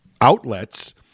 outlets